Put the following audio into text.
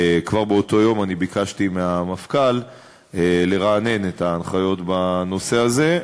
כבר באותו יום אני ביקשתי מהמפכ"ל לרענן את ההנחיות בנושא הזה,